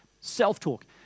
Self-talk